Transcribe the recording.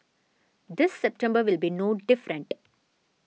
this September will be no different